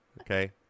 Okay